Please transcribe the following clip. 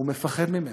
הוא מפחד ממנו.